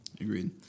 Agreed